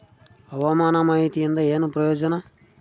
ಹವಾಮಾನ ಮಾಹಿತಿಯಿಂದ ಏನು ಪ್ರಯೋಜನ?